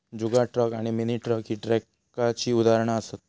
जुगाड truck आणि mini truck ही ट्रकाची उदाहरणा असत